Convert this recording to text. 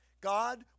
God